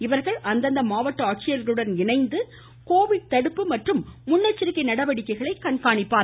இவர்கள் அந்தந்த மாவட்ட ஆட்சியர்களுடன் இணைந்து கோவிட் தடுப்பு மற்றும் முன்னெச்சரிக்கை நடவடிக்கைகளை கண்காணிக்க உள்ளனர்